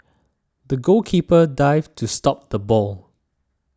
the goalkeeper dived to stop the ball